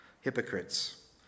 Hypocrites